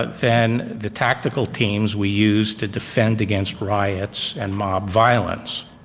than the tactical teams we used to defend against riots and mob violence.